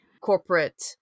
corporate